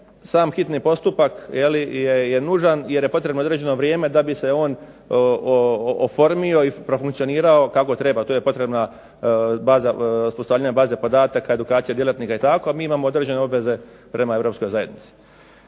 sam hitni postupak je li je nužan jer je potrebno određeno vrijeme da bi se oformio i profunkcionirao kako treba, tu je potrebna baza, uspostavljanja baze podataka i edukacije djelatnika i tako, a mi imamo određene obveze prema europskoj zajednici.